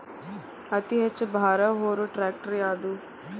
ಅತಿ ಹೆಚ್ಚ ಭಾರ ಹೊರು ಟ್ರ್ಯಾಕ್ಟರ್ ಯಾದು?